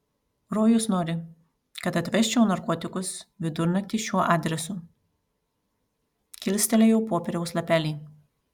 rojus nori kad atvežčiau narkotikus vidurnaktį šiuo adresu kilstelėjau popieriaus lapelį